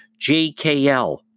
JKL